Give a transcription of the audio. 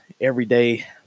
everyday